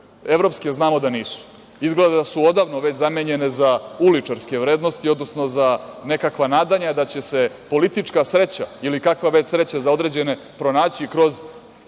evropske znamo da nisu. Izgleda da su odavno zamenjene za uličarske vrednosti, odnosno za nekakva nadanja da će se politička sreća ili kakva već sreća za određene pronaći kroz